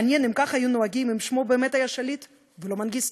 מעניין אם כך היו נוהגים אם שמו באמת היה "שליט" ולא "מנגיסטו".